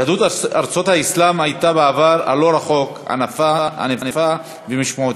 יהדות ארצות האסלאם הייתה בעבר הלא-רחוק ענפה ומשמעותית.